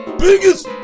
biggest